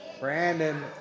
Brandon